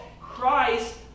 Christ